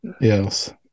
yes